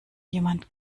jemand